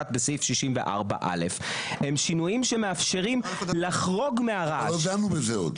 זיהום מים שצורפה לבקשת החברה המבצעת